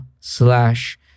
slash